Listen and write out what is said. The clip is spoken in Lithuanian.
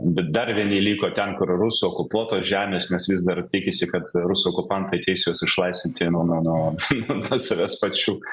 bet dar vieni liko ten kur rusų okupuotos žemės nes vis dar tikisi kad rusų okupantai ateis juos išlaisvinti nuo nuo nuo nuo savęs pačių